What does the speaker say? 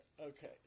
Okay